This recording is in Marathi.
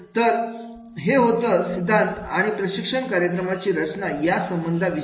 तर हे होतं सिद्धांत आणि प्रशिक्षण कार्यक्रमाची रचना यांच्या संबंधाविषयी